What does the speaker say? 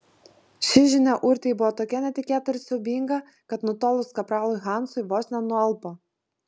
ši žinia urtei buvo tokia netikėta ir siaubinga kad nutolus kapralui hansui vos nenualpo